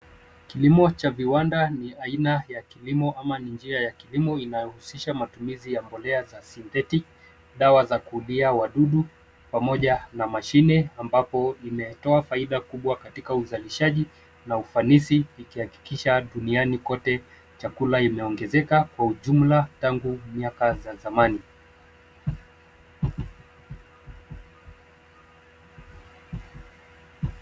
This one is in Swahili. Kilimo cha viwanda ni aina ya kilimo ama ni njia ya kilimo inayohusisha matumizi ya mbolea za synthetic , dawa za kuulia wadudu, pamoja na mashine, ambapo imetoa faida kubwa katika uzalishaji na ufanisi ikihakikisha duniani kote chakula imeongezeka kwa ujumla tangu miaka za zamani.